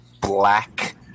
black